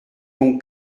ont